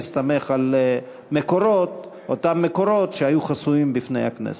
מסתמך על אותם מקורות שהיו חסויים בפני הכנסת.